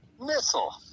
missile